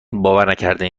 باورنکردنی